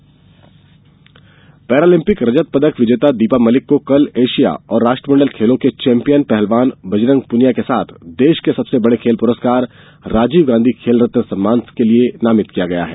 Paralympic Paralympic रजत पदक विजेता दीपा मलिक को कल एशिया और राष्ट्रमंडल खेलों के चैंपियन पहलवान बजरंग पुनिया के साथ देश के सबसे बड़े खेल पुरस्कार राजीव गांधी खेल रत्न सम्मान के लिए नामित किया गया है